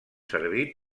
servir